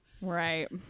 right